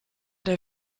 der